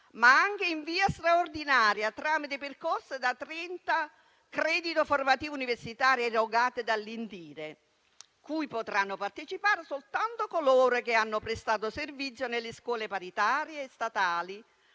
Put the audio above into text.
ma anche in via straordinaria, tramite percorsi da trenta crediti formativi universitari erogati dall'INDIRE, cui potranno partecipare soltanto coloro che hanno prestato servizio nelle istituzioni scolastiche statali